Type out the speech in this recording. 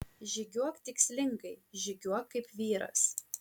žygiuok tikslingai žygiuok kaip vyras